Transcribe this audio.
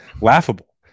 laughable